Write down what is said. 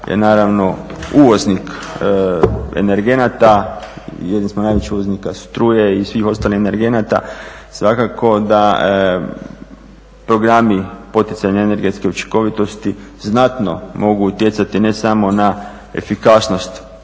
je naravno uvoznik energenata. Jedni smo od najvećih uvoznika struje i svih ostalih energenata. Svakako da programi poticanja energetske učinkovitosti znatno mogu utjecati ne samo na efikasnost